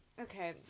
Okay